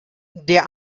der